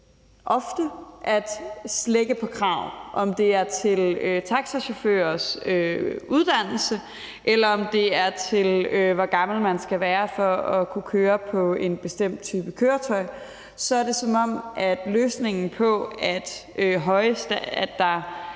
ofte at slække på krav. Om det er taxachaufførers uddannelse, eller om det er, hvor gammel man skal være for at kunne køre på en bestemt type køretøj, er det, som om løsningen på, at der